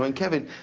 um kevin,